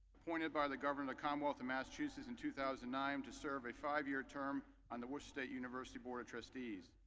appointed by the governor commonwealth of massachusetts in two thousand and nine. to serve a five year term on the worcester state university board address. trees.